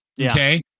okay